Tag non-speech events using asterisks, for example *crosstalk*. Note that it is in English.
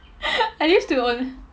*laughs* I used to on~